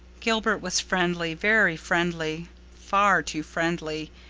gilbert was friendly very friendly far too friendly.